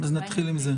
נתחיל עם זה.